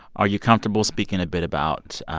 are you comfortable speaking a bit about